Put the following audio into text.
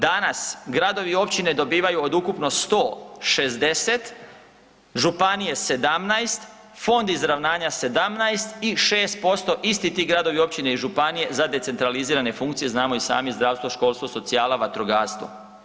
Danas gradovi i općine dobivaju od ukupno 160, županije 17, Fond izravnanja 17 i 6% isti ti gradovi, općine i županije za decentralizirane funkcije, znamo i sami, zdravstvo, školstvo, socijala, vatrogastvo.